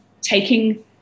taking